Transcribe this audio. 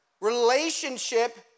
relationship